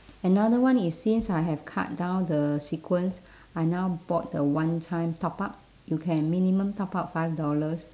another one is since I have cut down the sequence I now bought the one time top up you can minimum top up five dollars